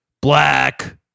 black